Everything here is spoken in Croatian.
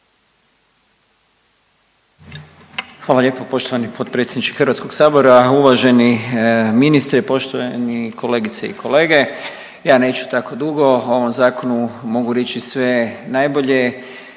Hvala lijepo poštovani potpredsjedniče Hrvatskog sabora, uvaženi ministre, poštovani kolegice i kolege. Ja neću tako dugo. O ovom zakonu mogu reći sve najbolje